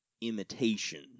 imitation